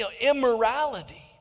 immorality